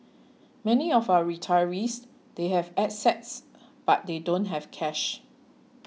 many of our retirees they have assets but they don't have cash